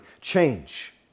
change